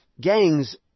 Gangs